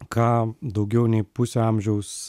ką daugiau nei pusę amžiaus